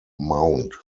mound